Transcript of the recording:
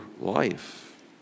life